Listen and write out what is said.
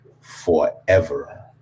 forever